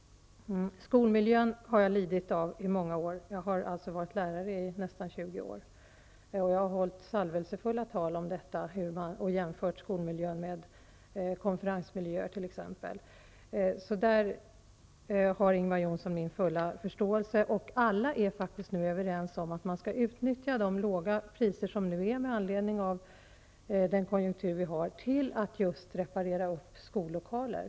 Skolmiljön har jag lidit av i många år. Jag har varit lärare i nästan 20 år. Jag har hållit salvelsefulla tal om detta och jämfört skolmiljön med t.ex. konferensmiljöer. Där har Ingvar Johnsson min fulla förståelse. Alla är nu överens om att man skall utnyttja de låga priser som är med anledning av konjunkturen till att reparera skollokaler.